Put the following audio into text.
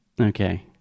Okay